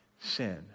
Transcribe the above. sin